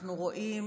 אנחנו רואים